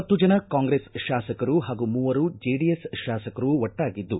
ಹತ್ತು ಜನ ಕಾಂಗ್ರೆಸ್ ಶಾಸಕರು ಹಾಗೂ ಮೂವರು ಜೆಡಿಎಸ್ ಶಾಸಕರು ಒಟ್ಟಾಗಿದ್ದು